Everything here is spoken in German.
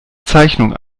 zeichnung